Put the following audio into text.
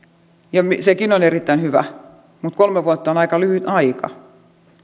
ja sekin on erittäin hyvä mutta kolme vuotta on aika lyhyt aika